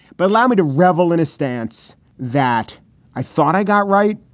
but allow me to revel in a stance that i thought i got right.